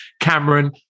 Cameron